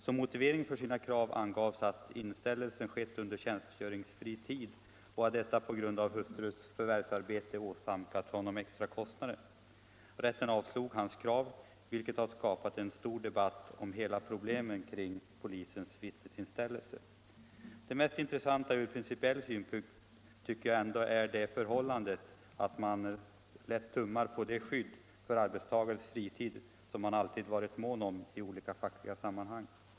Som motivering för sina krav angav polismannen att inställelsen skett under tjänstgöringsfri tid och att detta på grund av hustruns förvärvsarbete åsamkat honom extra kostnader. Rätten avslog hans krav, vilket har skapat en stor debatt om hela problemet kring polismännens vittnesinställelser. Det mest intressanta ur principiell synpunkt tycker jag ändå är det förhållandet att man här lätt tummar på det skydd för arbetstagarens fritid som man alltid varit mån om att värna i olika fackliga sammanhang.